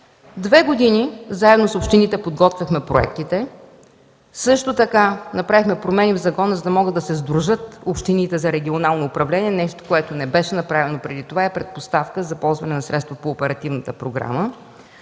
Две години заедно с общините подготвяхме проектите, също така направихме промени в закона, за да могат да се сдружат общините за регионално управление – нещо, което не беше направено преди това, а е предпоставка за ползване на средства по оперативната програма,